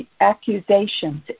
accusations